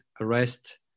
arrest